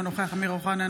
אינו נוכח אמיר אוחנה,